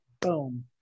Boom